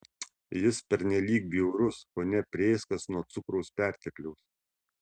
jis pernelyg bjaurus kone prėskas nuo cukraus pertekliaus